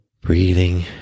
Breathing